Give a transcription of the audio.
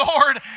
Lord